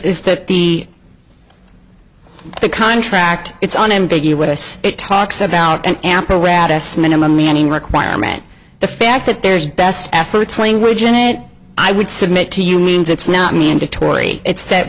is that the contract it's an ambiguous it talks about an apparatus minimum manning requirement the fact that there's best efforts language in it i would submit to you means it's not mandatory it's that